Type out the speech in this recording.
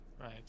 Right